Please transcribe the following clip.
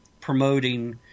promoting